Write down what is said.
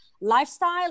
lifestyle